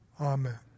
Amen